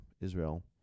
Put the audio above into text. Israel